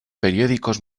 periódicos